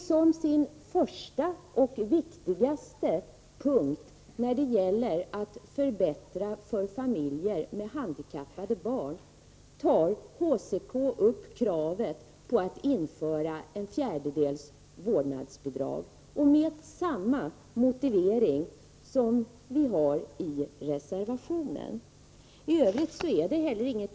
Som sin första och viktigaste punkt när det gäller att förbättra för familjer med handikappade barn tar HCK upp kravet på att införa ett fjärdedels vårdbidrag, med samma motivering som vi har i reservationen.